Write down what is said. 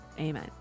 Amen